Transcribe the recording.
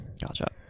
Gotcha